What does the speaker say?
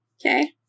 Okay